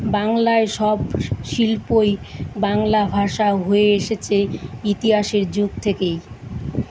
বাংলায় সব শিল্পই বাংলা ভাষা হয়ে এসেছে ইতিহাসের যুগ থেকেই